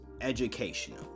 educational